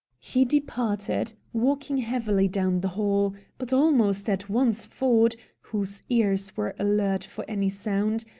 he departed, walking heavily down the hall, but almost at once ford, whose ears were alert for any sound,